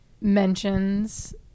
mentions